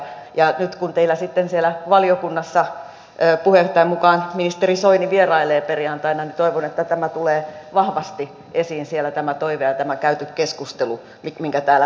ja nyt kun sitten teillä siellä valiokunnassa puheenjohtajan mukaan ministeri soini vierailee perjantaina niin toivon että tämä toive tulee vahvasti esiin siellä ja tämä käyty keskustelu minkä täällä aiheellisesti edustaja heinäluoma otti esille